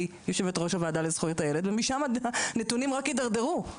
יושבת-ראש הוועדה לזכויות הילד ומשם הנתונים רק התדרדרו,